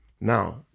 now